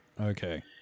Okay